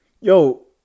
Yo